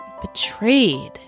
Betrayed